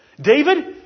David